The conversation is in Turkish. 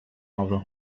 avro